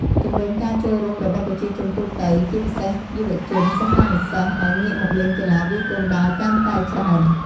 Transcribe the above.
ជំរុញការចូលរួមរបស់ប្រជាជនទូទៅ ជាពិសេសយុវជន សិស្សានុសិស្ស ឱ្យងាកមកលេងកីឡាវាយកូនបាល់កាន់តែច្រើន។